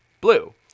blue